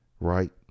right